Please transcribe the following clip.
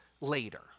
later